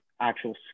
Actual